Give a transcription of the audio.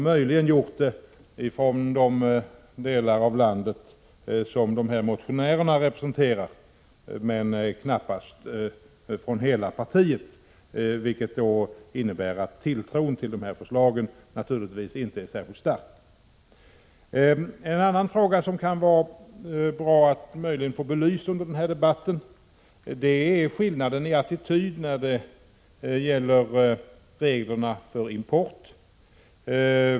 Möjligen har moderater från de delar av landet som dessa motioner representerar gjort det, men knappast hela partiet, vilket naturligtvis innebär att tilltron till förslagen inte är särskilt stark. En annan fråga som det möjligen kan vara bra att få belyst under den här debatten är skillnaden i attityd till reglerna för import.